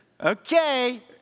Okay